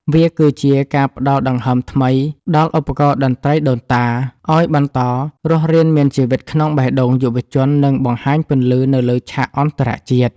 វាគឺជាការផ្ដល់ដង្ហើមថ្មីដល់ឧបករណ៍តន្ត្រីដូនតា ឱ្យបន្តរស់រានមានជីវិតក្នុងបេះដូងយុវជន និងបង្ហាញពន្លឺនៅលើឆាកអន្តរជាតិ។